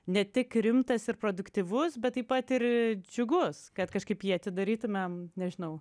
ne tik rimtas ir produktyvus bet taip pat ir džiugus kad kažkaip jį atidarytumėm nežinau